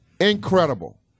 Incredible